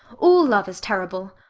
all love is terrible.